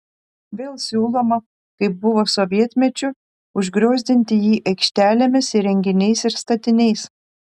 vėl siūloma kaip buvo sovietmečiu užgriozdinti jį aikštelėmis įrenginiais ir statiniais